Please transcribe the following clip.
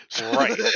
Right